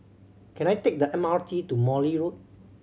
can I take the M R T to Morley Road